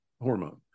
hormone